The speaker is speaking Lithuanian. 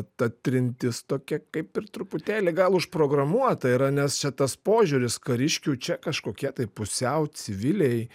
ta trintis tokia kaip ir truputėlį gal užprogramuota yra nes čia tas požiūris kariškių čia kažkokie tai pusiau civiliai